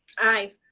aye.